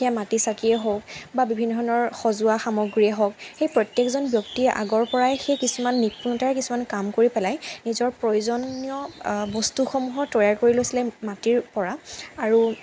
সেয়া মাটি চাকিয়ে হওক বা বিভিন্ন ধৰণৰ সজোৱা সামগ্ৰীয়ে হওক সেই প্ৰত্যেকজন ব্যক্তিয়ে আগৰ পৰাই সেই কিছুমান নিপুনতাৰ কিছুমান কাম কৰি পেলাই নিজৰ প্ৰয়োজনীয় বস্তুসমূহৰ তৈয়াৰ কৰি লৈছিলে মাতিৰ পৰা আৰু